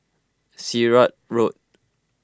Sirat Road